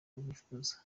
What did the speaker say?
rwifuza